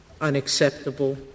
unacceptable